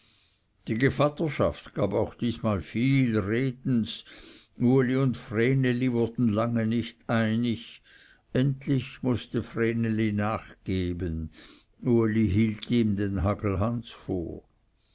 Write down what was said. die gevatterschaft gab auch diesmal viel redens uli und vreneli wurden lange nicht einig endlich mußte vreneli nachgeben uli hielt ihm den hagelhans vor